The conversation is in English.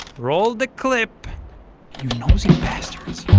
roll the clip! you nosy bastards.